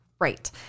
Right